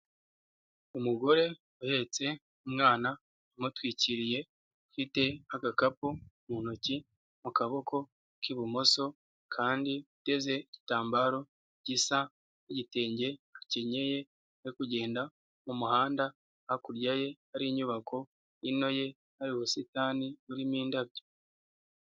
Umugore uhetse umwana, amutwikiriye, ufite agakapu mu ntoki, mu kaboko k'ibumoso kandi uteze igitambaro gisa nk'igitenge akenyeye, ari kugenda mu muhanda, hakurya ye hari inyubako, hino ye hari ubusitani buririmo indabyo.